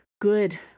Good